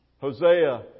Hosea